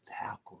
tackle